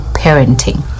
parenting